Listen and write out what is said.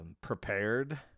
prepared